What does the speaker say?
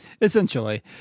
essentially